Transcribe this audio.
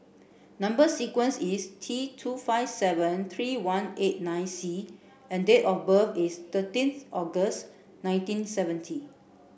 number sequence is T two five seven three one eight nine C and date of birth is thirteenth August nineteen seventy